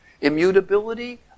Immutability